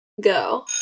go